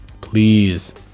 please